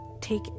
take